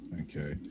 Okay